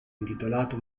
intitolato